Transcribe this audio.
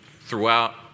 throughout